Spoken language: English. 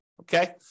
okay